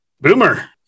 Boomer